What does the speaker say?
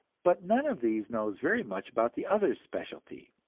but none of these knows very much about the others' specialties,